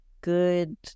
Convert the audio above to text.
good